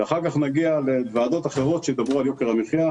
ואנחנו כך נגיע לוועדות אחרות שידברו על יוקר המחייה.